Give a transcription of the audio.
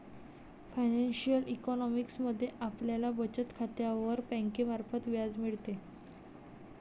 financial economics मध्ये आपल्याला बचत खात्यावर बँकेमार्फत व्याज मिळते